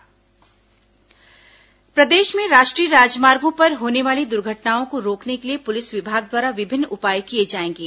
highway दुर्घटना प्रदेश में राष्ट्रीय राजमार्गो पर होने वाली दुर्घटनाओं को रोकने के लिए पुलिस विभाग द्वारा विभिन्न उपाए किए जाएंगे